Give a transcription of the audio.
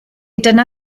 dyna